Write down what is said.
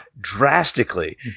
drastically